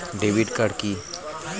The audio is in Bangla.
ডেবিট কার্ড কি?